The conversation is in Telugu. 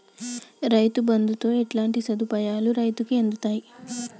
రైతు బంధుతో ఎట్లాంటి సదుపాయాలు రైతులకి అందుతయి?